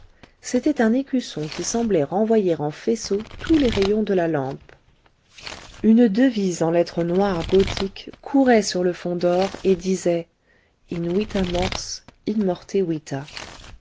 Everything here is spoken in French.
c'était un écusson qui semblait renvoyer en faisceau tous les rayons de la lampe une devise en lettres noires gothiques courait sur le fond d'or et disait in